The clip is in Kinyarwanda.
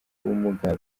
ubumuga